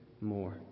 more